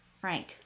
Frank